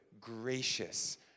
gracious